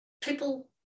people